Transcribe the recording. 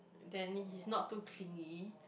then he is not too clingy